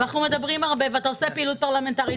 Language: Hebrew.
ואנחנו מדברים הרבה, ואתה עושה פעילות פרלמנטרית.